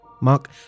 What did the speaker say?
Mark